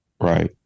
Right